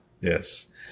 Yes